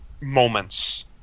moments